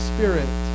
Spirit